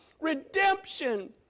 Redemption